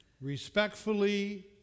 respectfully